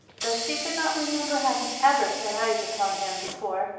though she could not remember having ever set eyes upon him before.